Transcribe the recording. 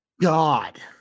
god